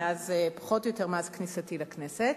פחות או יותר מאז כניסתי לכנסת,